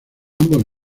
ambos